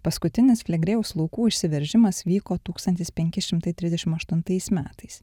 paskutinis flegrėjaus laukų išsiveržimas vyko tūkstantis penki šimtai trisdešim aštuntais metais